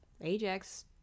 Ajax